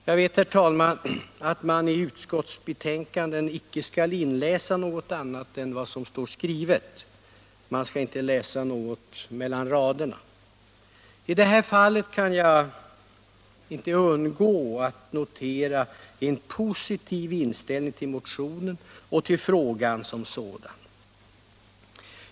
Jag vet, herr talman, att man i utskottsbetänkanden icke skall inläsa något annat än vad som står skrivet — man skall inte läsa något ”mellan raderna”. I det här fallet kan jag dock icke undgå att notera en positiv inställning till motionen och till frågan som sådan.